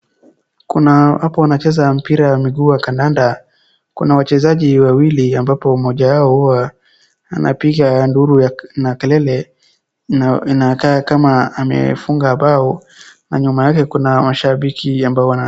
Kuna hapo wanacheza mpira ya miguu wa kandanda. Kuna wachezaji wawili ambapo moja yao huwa anapiga nduru na kelele na inakaa kama amefunga bao na nyuma yake kuna mashabiki ambao wana.